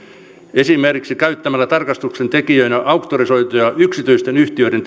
esimerkiksi käyttämällä tarkastuksen tekijöinä auktorisoituja yksityisten yhtiöiden